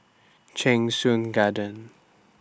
Cheng Soon Garden